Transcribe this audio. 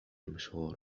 مشهور